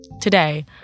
Today